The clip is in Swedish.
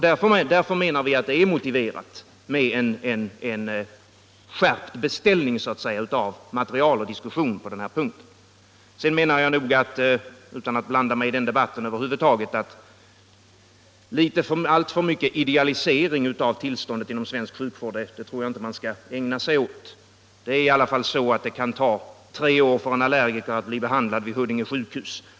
Därför menar vi att det är motiverat med en skärpt beställning så att säga av material och diskussion på denna punkt. Sedan menar jag, utan att blanda mig i den debatten över huvud taget, att man inte skall ägna sig åt alltför mycket idealisering av tillståndet inom svensk sjukvård. Det kan i alla fall ta tre år för en allergiker att bli behandlad vid Huddinge sjukhus.